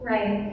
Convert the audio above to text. Right